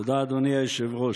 תודה, אדוני היושב-ראש.